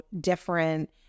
different